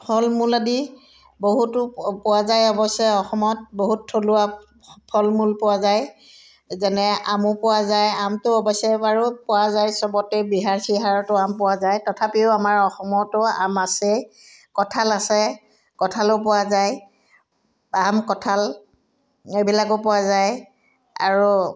ফল মূল আদি বহুতো পোৱা যায় অৱশ্যে অসমত বহুত থলুৱা ফল মূল পোৱা যায় যেনে আমো পোৱা যায় আমটো অৱশ্যে বাৰু পোৱা যায় চবতে বিহাৰ চিহাৰতো আম পোৱা যায় তথাপিও আমাৰ অসমতো আম আছে কঁঠাল আছে কঁঠালো পোৱা যায় আম কঁঠাল এইবিলাকো পোৱা যায় আৰু